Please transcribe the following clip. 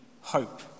hope